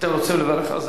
אתם רוצים לברך?